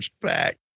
back